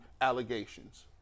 allegations